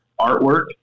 artwork